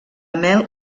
mel